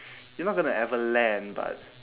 you're not gonna ever land but